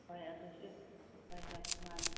ꯍꯣꯏ ꯑꯗꯨꯁꯨ ꯍꯣꯏ ꯍꯣꯏ ꯃꯥꯅꯤ